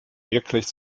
wirklich